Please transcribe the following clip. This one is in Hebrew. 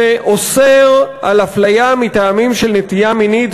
שאוסר על הפליה מטעמים של נטייה מינית,